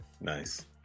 Nice